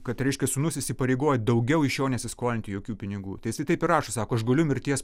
kad reiškia sūnus įsipareigoja daugiau iš jo nesiskolinti jokių pinigų tai jisai taip ir rašo sako aš guliu mirties